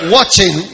Watching